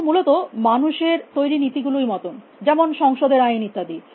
কিন্তু এটি মূলত মানুষের তৈরী নীতিগুলির মত যেমন সংসদের আইন ইত্যাদি